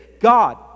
God